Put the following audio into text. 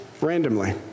randomly